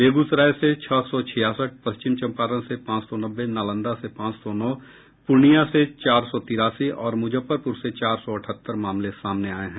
बेगूसराय से छह सौ छियासठ पश्चिम चंपारण से पांच सौ नब्बे नालंदा से पांच सौ नौ पूर्णिया से चार सौ तिरासी और मुजफ्फरपुर से चार सौ अठहत्तर मामले सामने आये हैं